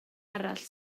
arall